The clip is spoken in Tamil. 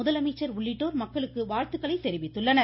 முதலமைச்சர் உள்ளிட்டோர் மக்களுக்கு வாழ்த்துக்களை தெரிவித்துள்ளனர்